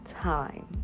time